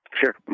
Sure